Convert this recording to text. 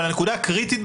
אבל הנקודה הקריטית,